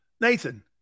Nathan